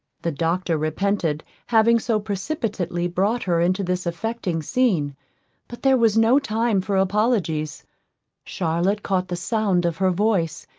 the doctor repented having so precipitately brought her into this affecting scene but there was no time for apologies charlotte caught the sound of her voice,